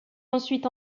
ensuite